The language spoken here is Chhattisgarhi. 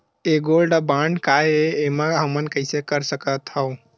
ये गोल्ड बांड काय ए एमा हमन कइसे कर सकत हव?